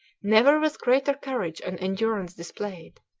never was greater courage and endurance displayed.